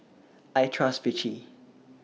I Trust Vichy